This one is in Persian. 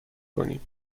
کنیم